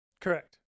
Correct